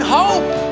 hope